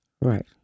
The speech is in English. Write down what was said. Right